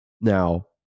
Now